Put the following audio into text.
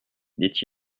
dit